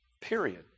Period